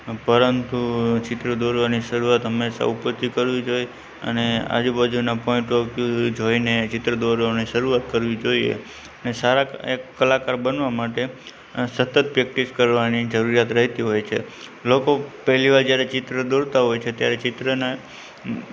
પરંતુ ચિત્ર દોરવાની શરુઆત હંમેશા ઉપરથી કરવી જોઇએ અને આજુ બાજુના પણ પોઇન્ટ ઑફ વ્યૂ જોઇને ચિત્ર દોરવાની શરુઆત કરવી જોઈએ અને સારા એક કલાકાર બનવા માટે સતત અ પ્રૅક્ટિસ કરવાની જરૂરિયાત રહેતી હોય છે લોકો પહેલીવાર જ્યારે ચિત્ર દોરતાં હોય છે ત્યારે ચિત્રનાં